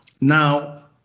Now